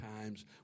times